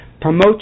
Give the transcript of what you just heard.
promote